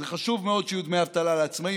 זה חשוב מאוד שיהיו דמי אבטלה לעצמאים,